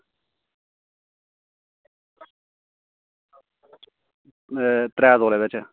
एह् त्रै तोले च